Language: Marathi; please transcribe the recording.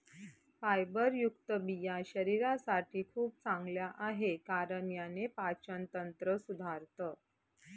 फायबरयुक्त बिया शरीरासाठी खूप चांगल्या आहे, कारण याने पाचन तंत्र सुधारतं